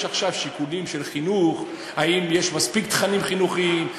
יש עכשיו שיקולים של חינוך: האם יש מספיק תכנים חינוכיים?